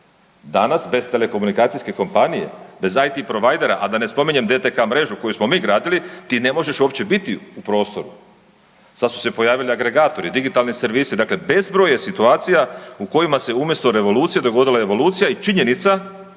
Danas bez telekomunikacijske kompanije, bez IT providera, a da ne spominje DTK mrežu koju smo mi gradili, ti ne možeš uopće biti u prostoru. Sad su se pojavili agregatori, digitalni servisi, dakle bezbroj je situacija u kojima se umjesto revolucije dogodila evolucija i činjenica